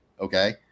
okay